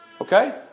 Okay